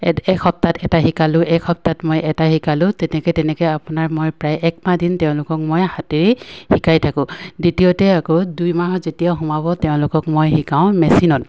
এসপ্তাহত এটা শিকালোঁ এসপ্তাহত মই এটা শিকালোঁ তেনেকে তেনেকে আপোনাৰ মই প্ৰায় এক মাহ দিন তেওঁলোকক মই হাতেৰে শিকাই থাকোঁ দ্বিতীয়তে আকৌ দুই মাহত যেতিয়া সোমাব তেওঁলোকক মই শিকাওঁ মেচিনত